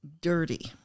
dirty